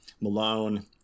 Malone